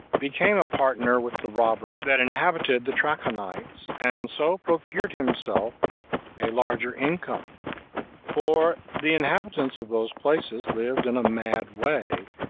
became a partner with the robbers that inhabited the trachonites, and so procured himself a larger income for the inhabitants of those places lived in a mad way,